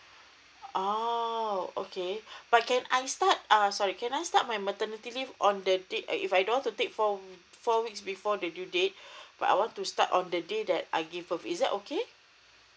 oh okay but can I start err sorry can I start my maternity leave on the date if if I don't to take four four weeks before the due date but I want to start on the day that I give birth is that okay